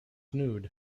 nude